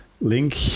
link